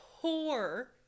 poor